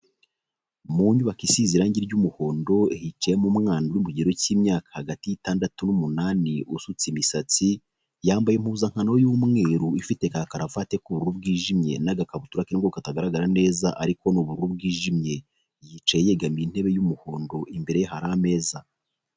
Mu nyubako isize irangi ry'umuhondo, hicayemo umwana uri mu kigero cy'imyaka hagati y'itandatu n'umunani usutse imisatsi. Yambaye impuzankano y'umweru ifite ka karavate ku bururu bwijimye n'agakabutura k'ingwa katagaragara neza ariko n'ubururu bwijimye, yicaye yegamiye intebe y'umuhondo. Imbere ye hari ameza.